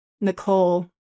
Nicole